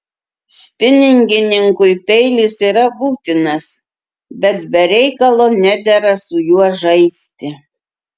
spiningininkui peilis yra būtinas bet be reikalo nedera su juo žaisti